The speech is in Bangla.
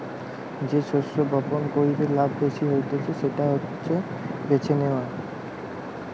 যে শস্য বপণ কইরে লাভ বেশি হতিছে সেটা বেছে নেওয়া